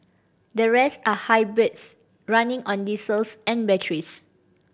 the rest are hybrids running on diesels and batteries